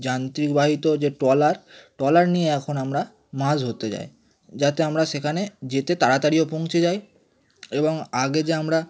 যান্ত্রিক বাহিত যে ট্রলার ট্রলার নিয়ে এখন আমরা মাছ ধরতে যাই যাতে আমরা সেখানে যেতে তাড়াতাড়িও পৌঁছে যাই এবং আগে যে আমরা